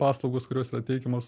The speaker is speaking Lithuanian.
paslaugos kurios yra teikiamos